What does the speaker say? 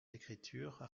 écritures